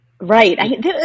Right